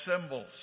symbols